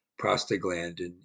prostaglandin